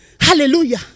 hallelujah